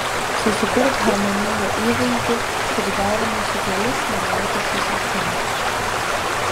susikurk harmoningą įvaizdį priderinusi kelis mergaitiškus akcentus